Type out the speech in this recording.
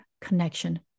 connection